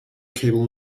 cable